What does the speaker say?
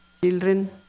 children